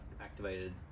activated